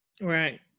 Right